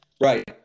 Right